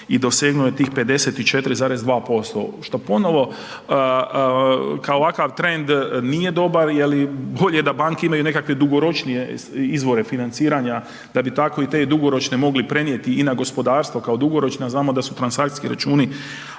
i dosegnuo je tih 54,2% što ponovo kao ovakav trend nije dobar jer bolje da banke imaju nekakve dugoročnije izvore financiranja da bi tako te dugoročne mogli prenijeti i na gospodarstvo kao dugoročno, a znamo da su transakcijski računi